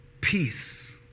peace